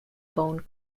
bone